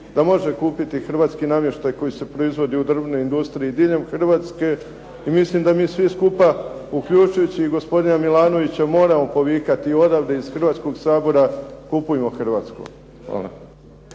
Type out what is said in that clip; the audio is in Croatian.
da može kupiti hrvatski namještaj koji se proizvodi u drvnoj industriji diljem Hrvatske i mislim da mi svi skupa, uključujući i gospodina Milanovića moramo povikati odavde iz Hrvatskog sabora: "Kupujmo hrvatsko!". Hvala.